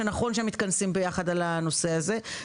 שנכון שהם מתכנסים ביחד על הדבר הזה,